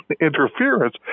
interference